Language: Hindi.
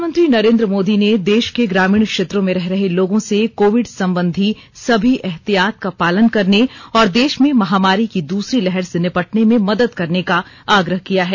प्रधानमंत्री नरेन्द्र मोदी ने देश के ग्रामीण क्षेत्रों में रह रहे लोगों से कोविड संबंधी सभी एहतियात का पालन करने और देश में महामारी की दूसरी लहर से निपटने में मदद करने का आग्रह किया है